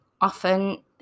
often